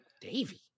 davy